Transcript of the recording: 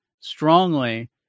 strongly